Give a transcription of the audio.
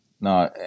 no